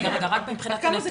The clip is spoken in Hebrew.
אני רק רוצה לציין ------ כמה זה